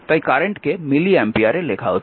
তাই কারেন্টকে মিলি অ্যাম্পিয়ারে লেখা হচ্ছে